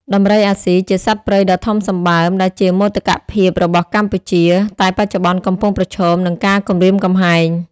ដំរីអាស៊ី ជាសត្វព្រៃដ៏ធំសម្បើមដែលជាមោទកភាពរបស់កម្ពុជា តែបច្ចុប្បន្នកំពុងប្រឈមនឹងការគំរាមកំហែង។